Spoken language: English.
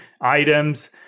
items